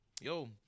Yo